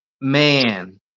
man